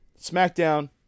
SmackDown